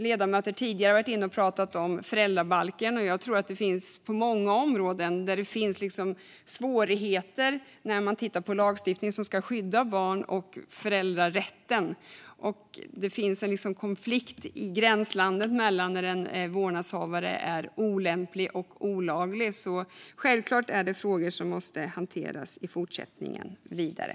Ledamöter har tidigare pratat om föräldrabalken. Jag tror att det på många områden finns svårigheter när det gäller lagstiftning som ska skydda barn och föräldrarätten. Det finns en konflikt i gränslandet mellan att en vårdnadshavare är olämplig och att den gör något olagligt. Självklart är detta frågor som måste hanteras vidare.